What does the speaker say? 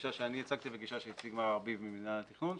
גישה שאני הצגתי וגישה שהציג מר ארביב ממנהל התכנון,